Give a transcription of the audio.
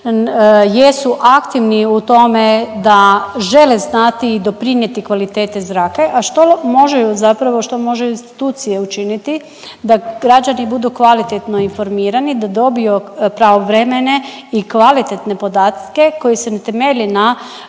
jesu aktivni u tome da žele znati i doprinijeti kvaliteti zraka, a što možeju zapravo što možeju institucije učiniti da građani budu kvalitetno informirani, da dobiju pravovremene i kvalitetne podatke koji se ne temelje na